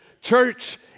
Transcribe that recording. Church